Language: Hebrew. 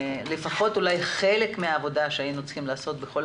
לפחות אולי חלק מן העבודה שהיינו צריכים לעשות בכל